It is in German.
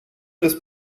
des